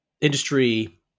industry